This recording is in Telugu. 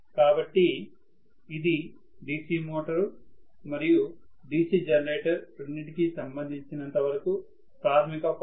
కాబట్టి ఇది DC మోటారు మరియు DC జనరేటర్ రెండింటికి సంబంధించినంతవరకు ప్రాథమిక పవర్ ఫ్లో డయాగ్రమ్ అవుతుంది